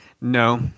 No